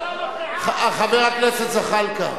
חבר הכנסת זחאלקה.